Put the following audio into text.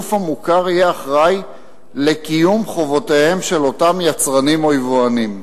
הגוף המוכר יהיה אחראי לקיום חובותיהם של אותם יצרנים או יבואנים.